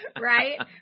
Right